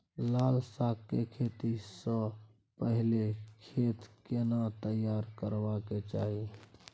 लाल साग के खेती स पहिले खेत केना तैयार करबा के चाही?